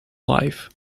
life